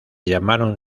llamaron